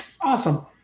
Awesome